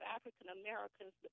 African-Americans